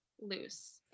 loose